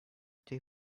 they